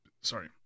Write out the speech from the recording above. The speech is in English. sorry